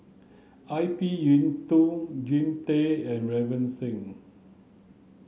Ip Yiu Tung Jean Tay and Ravinder Singh